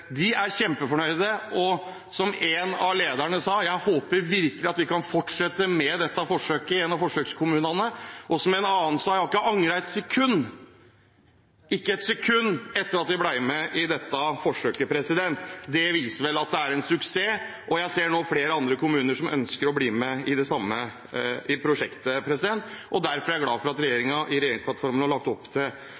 De er kjempefornøyde, og som en av lederne i en av forsøkskommunene sa: Jeg håper virkelig at vi kan fortsette med dette forsøket. Og som en annen sa: Jeg har ikke angret et sekund – ikke ett sekund – etter at vi ble med i dette forsøket. Det viser vel at det er en suksess. Jeg ser nå flere andre kommuner som ønsker å bli med i det samme prosjektet. Derfor er jeg glad for at